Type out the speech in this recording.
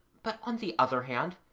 but on the other hand,